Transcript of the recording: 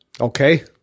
Okay